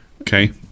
Okay